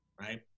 Right